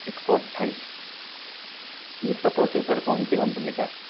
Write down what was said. एक सौ अठाईस इसका प्रोसेसर कौन सी कंपनी का